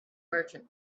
merchant